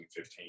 2015